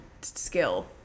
skill